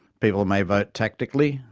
people may vote tactically,